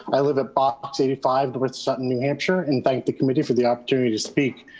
i live at box eighty five, the wet sutton, new hampshire, and thank the committee for the opportunity to speak.